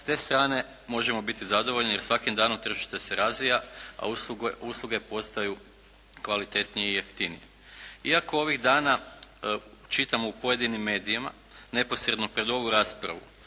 S te strane možemo biti zadovoljni jer svakim danom tržište se razvija a usluge postaju kvalitetnije i jeftinije. Iako ovih dana čitamo u pojedinim medijima neposredno pred ovu raspravu